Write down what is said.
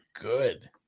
good